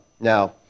Now